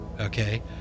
Okay